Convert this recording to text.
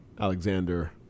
Alexander